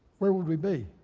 where would we be?